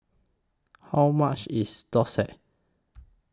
How much IS Thosai